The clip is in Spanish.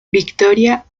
victoria